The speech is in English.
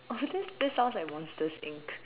okay this sounds like monster's inc